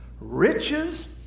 Riches